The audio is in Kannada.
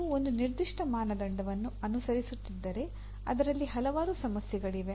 ನೀವು ಒಂದು ನಿರ್ದಿಷ್ಟ ಮಾನದಂಡವನ್ನು ಅನುಸರಿಸುತ್ತಿದ್ದರೆ ಅದರಲ್ಲಿ ಹಲವಾರು ಸಮಸ್ಯೆಗಳಿವೆ